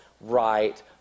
right